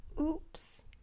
oops